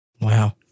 wow